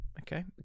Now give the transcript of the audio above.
Okay